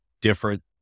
different